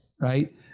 right